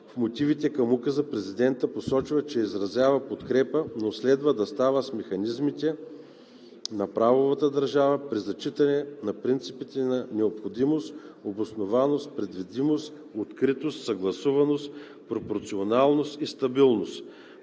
в мотивите към указа президентът посочва, че изразява подкрепа, но следва да става с механизмите на правовата държава при зачитане на принципите на необходимост, обоснованост, предвидимост, откритост, съгласуваност, пропорционалност и стабилност.